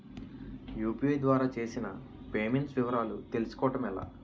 UPI ద్వారా చేసిన payments వివరాలు తెలుసుకోవటం ఎలా?